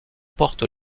porte